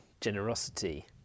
generosity